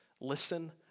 Listen